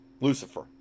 lucifer